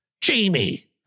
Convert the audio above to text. Jamie